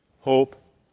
hope